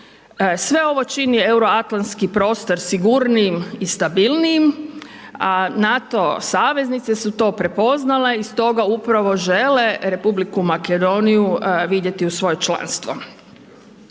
Sve ovo čini Euroatlantski prostor sigurnijim i stabilnijim, a NATO saveznice su to prepoznale i stoga upravo žele Republiku Makedoniju vidjeti u svoje članstvo.